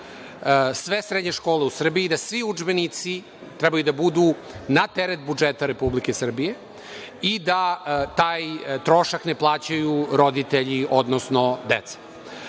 Sve srednje škole u Srbiji, svi udžbenici trebaju da budu na teret budžeta Republike Srbije i da taj trošak ne plaćaju roditelji, odnosno deca.